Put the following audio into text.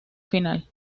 final